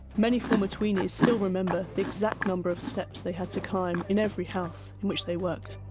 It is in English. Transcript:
many former tweenys still remember the exact number of steps they had to climb in every house in which they worked.